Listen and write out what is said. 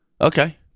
okay